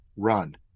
run